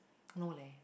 no leh